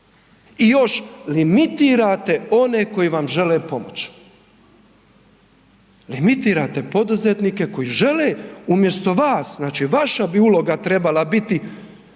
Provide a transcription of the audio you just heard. i još limitirate one koji vam žele pomoć. Limitirate poduzetnike koji žele umjesto vas, znači vaša bi uloga trebala biti